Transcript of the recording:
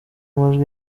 amajwi